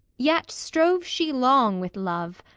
yet strove she long with love,